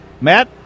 Matt